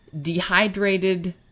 dehydrated